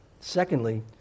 Secondly